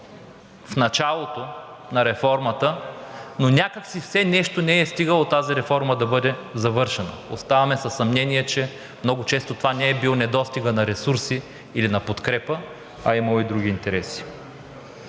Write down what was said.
в началото на реформата, но някак си все нещо не е стигало тази реформа да бъде завършена. Оставаме със съмнението, че много често това не е бил недостигът на ресурси или на подкрепа, а е имало и други интереси.